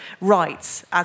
rights